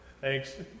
Thanks